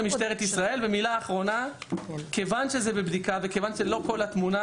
מילה אחרונה: כיוון שזה בבדיקה וכיוון שזאת לא כל התמונה